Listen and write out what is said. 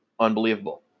Unbelievable